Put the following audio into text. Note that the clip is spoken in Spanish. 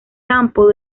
campo